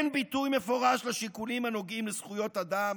אין ביטוי מפורש לשיקולים הנוגעים לזכויות אדם